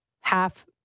half